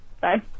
Bye